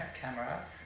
cameras